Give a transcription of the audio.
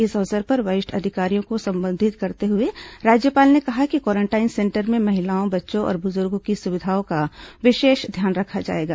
इस अवसर पर वरिष्ठ अधिकारियों को संबोधित करते हुए राज्यपाल ने कहा कि क्वारेंटाइन सेंटर में महिलाओं बच्चों और बुजुर्गों की सुविधाओं का विशेष ध्यान रखा जाएगा